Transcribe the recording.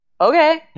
okay